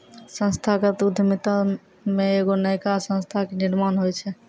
संस्थागत उद्यमिता मे एगो नयका संस्था के निर्माण होय छै